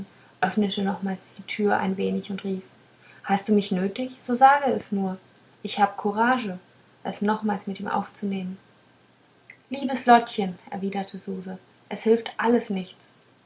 öffnete nochmals die tür ein wenig und rief hast du mich nötig so sag es nur ich habe courage es nochmals mit ihm aufzunehmen liebes lottchen erwiderte suse es hilft alles nichts